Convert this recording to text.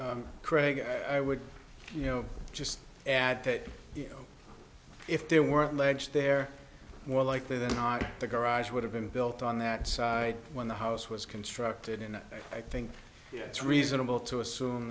craig i would you know just add that you know if there were a ledge there more likely than not the garage would have been built on that side when the house was constructed and i think it's reasonable to assume